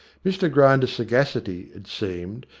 mr grinder's sagacity, it seemed,